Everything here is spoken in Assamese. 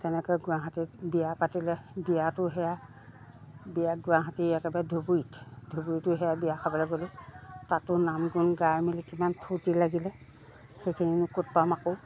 তেনেকৈ গুৱাহাটীত বিয়া পাতিলে বিয়াতো সেয়া বিয়া গুৱাহাটী একেবাৰে ধুবুৰীত ধুবুৰীতো সেয়া বিয়া খাবলৈ গ'লোঁ তাতো নাম গুণ গায় মিলি কিমান ফূৰ্তি লাগিলে সেইখিনিনো ক'ত পাম আকৌ